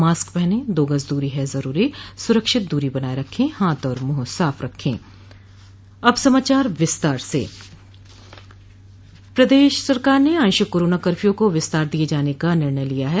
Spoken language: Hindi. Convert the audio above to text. मास्क पहनें दो गज दूरी है जरूरी सुरक्षित दूरी बनाये रखें हाथ और मुंह साफ रखें और अब समाचार विस्तार से प्रदेश सरकार ने आंशिक कोरोना कफ्य को विस्तार दिये जाने का निर्णय लिया है